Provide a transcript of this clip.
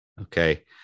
Okay